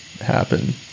happen